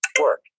Work